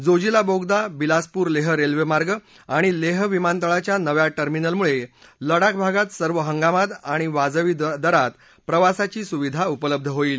जोजिला बोगदा बिलासपूर लेह रेल्वमार्ग आणि लेह विमानतळाच्या नव्या टर्मिनलमुळे लडाख भागात सर्व हंगामात आणि वाजवी दरात प्रवासाची सुविधा उपलब्ध होईल